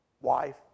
Wife